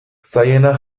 zailena